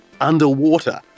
underwater